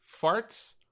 farts